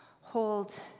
hold